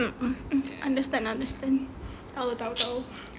um uh uh understand understand [tau] [tau] [tau]